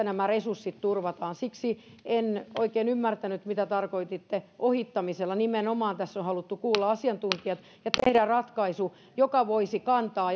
nämä resurssit turvataan siksi en oikein ymmärtänyt mitä tarkoititte ohittamisella nimenomaan tässä on haluttu kuulla asiantuntijat ja tehdä ratkaisu joka voisi kantaa